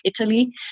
Italy